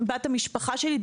את בת המשפחה שלי,